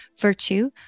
Virtue